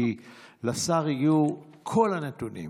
כי לשר יהיו כל הנתונים,